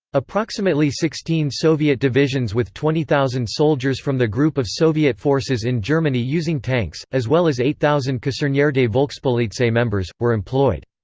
approximately sixteen soviet divisions with twenty thousand soldiers from the group of soviet forces in germany using tanks, as well as eight thousand kasernierte volkspolizei members, were employed.